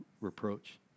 reproach